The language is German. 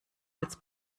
als